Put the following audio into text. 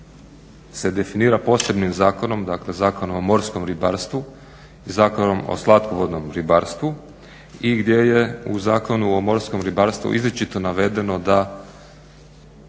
se definira posebnim zakonom, dakle Zakonom o morskom ribarstvu i Zakonom o slatkovodnom ribarstvu i gdje je u Zakonu o morskom ribarstvu izričito navedeno